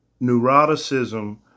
neuroticism